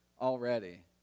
already